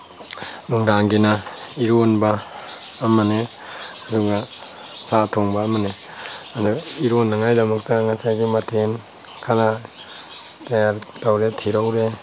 ꯅꯨꯡꯗꯥꯡꯒꯤꯅ ꯏꯔꯣꯟꯕ ꯑꯃꯅꯦ ꯑꯗꯨꯒ ꯁꯥ ꯊꯣꯡꯕ ꯑꯃꯅꯦ ꯑꯗꯣ ꯏꯔꯣꯟꯅꯉꯥꯏꯒꯤꯗꯃꯛꯇ ꯉꯁꯥꯏꯒꯤ ꯃꯊꯦꯜ ꯈꯔ ꯇꯌꯥꯔꯤ ꯇꯧꯔꯦ ꯊꯤꯔꯛꯎꯔꯦ